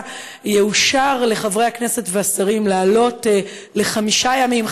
יאושר לחברי הכנסת ולשרים לעלות לחמישה ימים,